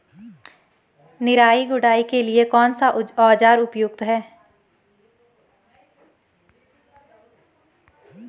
निराई गुड़ाई के लिए कौन सा औज़ार उपयुक्त है?